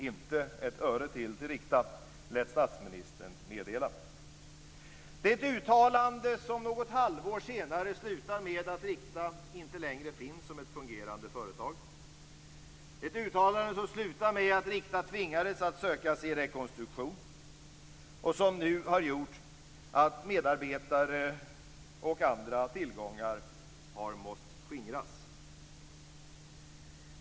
Inte ett öre till till Rikta, lät statsministern meddela. Det är ett uttalande som något halvår senare slutar med att Rikta inte längre finns som ett fungerande företag, ett uttalande som slutar med att Rikta tvingades att söka rekonstruktion och som nu har gjort att medarbetare och andra tillgångar har måst skingras.